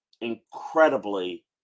incredibly